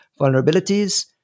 vulnerabilities